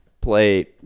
play